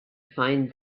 find